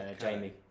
Jamie